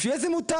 לפי איזה מותג?